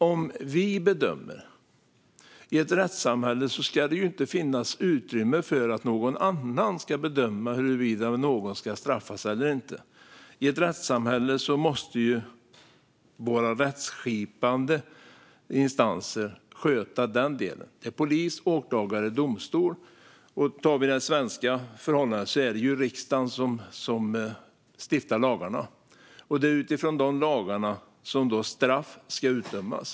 Om vi bedömer - i ett rättssamhälle ska det inte finnas utrymme för att någon annan ska bedöma huruvida någon ska straffas eller inte. I ett rättssamhälle måste våra rättskipande instanser sköta den delen - polis, åklagare och domstol. När det gäller svenska förhållanden är det riksdagen som stiftar lagarna, och det är utifrån de lagarna som straff ska utdömas.